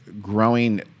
growing